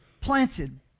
planted